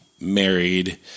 married